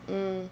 mm